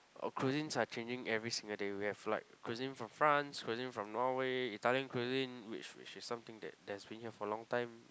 a cuisines are changing every single day we have like cuisine for France cuisine from Norway Italian cuisine which which is something that that's been here for long time